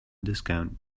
discount